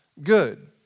good